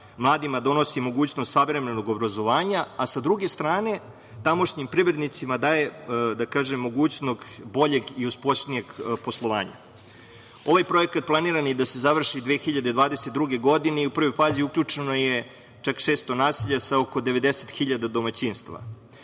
mladima donosi mogućnost savremenog obrazovanja, a sa druge strane, tamošnjim privrednicima daje, da kažem, mogućnost, boljeg i uspešnijeg poslovanja. Ovaj projekat je planiran i da se završi 2022. godine i u prvoj fazi uključeno je čak 600 naselja sa oko 90.000 domaćinstva. Drugi